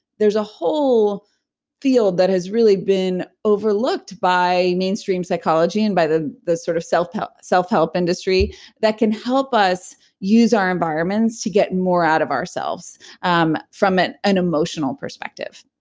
there's a whole field that has really been overlooked by mainstream psychology and by the the sort of self-help self-help industry that can help us use our environments to get more out of ourselves um from an emotional perspective